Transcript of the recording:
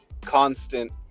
constant